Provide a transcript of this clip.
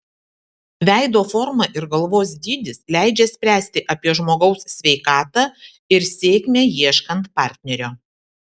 veido forma ir galvos dydis leidžia spręsti apie žmogaus sveikatą ir sėkmę ieškant partnerio